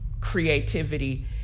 creativity